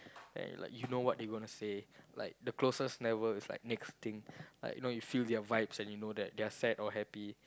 and like you know what they gonna say like the closest level is like next thing like you know you feel their vibes and you know if they are sad or happy